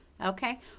okay